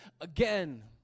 again